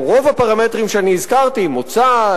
או רוב הפרמטרים שאני הזכרתי: מוצא,